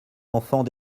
enfants